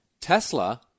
Tesla